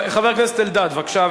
חבר הכנסת אלדד, בבקשה.